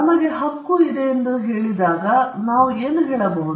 ನಮಗೆ ಹಕ್ಕು ಇದೆ ಎಂದು ಹೇಳಿದಾಗ ನಾವು ಏನು ಹೇಳಬಹುದು